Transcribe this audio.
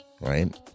right